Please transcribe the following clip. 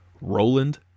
Roland